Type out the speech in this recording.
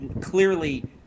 clearly